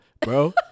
bro